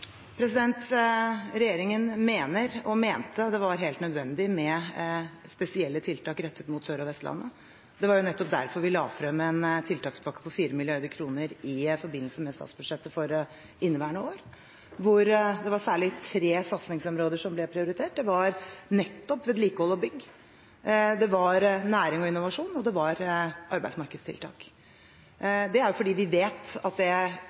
Regjeringen mener, og mente, at det var helt nødvendig med spesielle tiltak rettet mot Sør- og Vestlandet. Det var nettopp derfor vi la frem en tiltakspakke på 4 mrd. kr i forbindelse med statsbudsjettet for inneværende år, hvor det var særlig tre satsingsområder som ble prioritert. Det var nettopp vedlikehold og bygg, det var næring og innovasjon, og det var arbeidsmarkedstiltak. Det er fordi vi vet at det